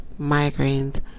migraines